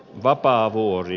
vapaavuori